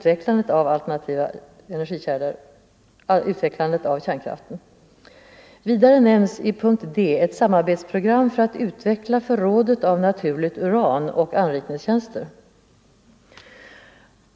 Vidare nämns i punkt d ett samarbetsprogram för att utveckla förrådet av naturligt uran och anrikningstjänster.